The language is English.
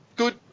Good